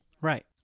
Right